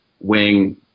wing